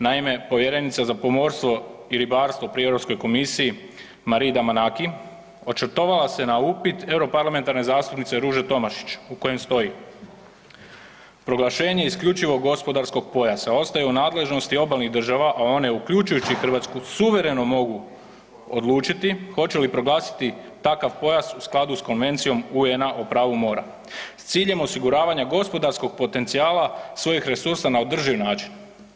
Naime, povjerenica za pomorstvo i ribarstvo pri Europskoj komisiji Maria Damanaki očitovala se na upit europarlamentarne zastupnice Ruže Tomašić u kojem stoji „Proglašenje isključivog gospodarskog pojasa ostaje u nadležnosti obalnih država, a one uključujući Hrvatsku suvereno mogu odlučiti hoće li proglasiti takav pojas u skladu s Konvencijom UN-a o pravu mora s ciljem osiguravanja gospodarskog potencijala svojih resursa na održiv način.